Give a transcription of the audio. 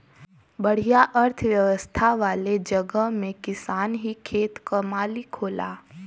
बढ़िया अर्थव्यवस्था वाले जगह में किसान ही खेत क मालिक होला